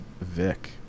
Vic